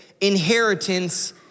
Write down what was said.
inheritance